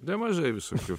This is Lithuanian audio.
nemažai visokių